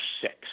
six